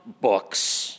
books